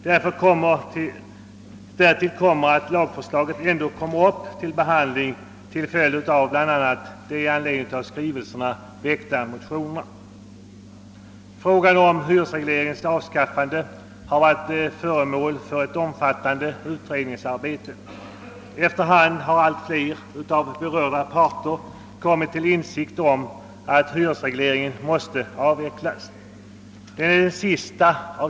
Därtill kommer att lagförslaget ändå kommer upp till behandling, bl.a. till följd av de i anledning av skrivelsen väckta motionerna. Frågan om hyresregleringens avskaffande har varit föremål för ett omfattande utredningsarbete. Efter hand har allt fler av de berörda parterna kommit till insikt om att hyresregleringen måste avvecklas.